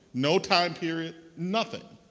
no time period, nothing.